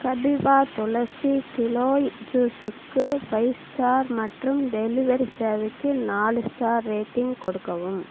கபீவா துளசி கிலோய் ஜூஸுக்கு ஃபைவ் ஸ்டார் மற்றும் டெலிவரி சேவைக்கு நாலு ஸ்டார் ரேட்டிங் கொடுக்கவும்